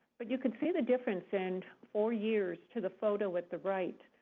but you can see the difference in four years to the photo at the right.